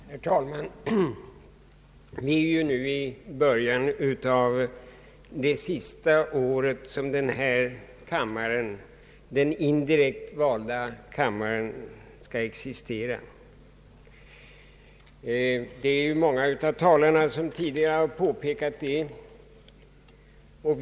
Herr talman! Vi befinner oss nu i början av det sista år som denna kammare — den indirekt valda — skall existera. Det är många av talarna som tidigare har påpekat detta.